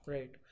Right